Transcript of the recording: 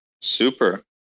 Super